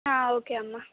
okay అమ్మ